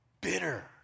Bitter